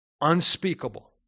unspeakable